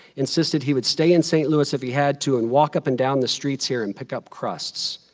insisted he would stay in st. louis if he had to and walk up and down the streets here and pick up crusts,